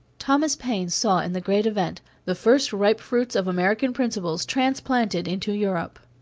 thomas paine saw in the great event the first ripe fruits of american principles transplanted into europe.